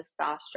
testosterone